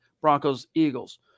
Broncos-Eagles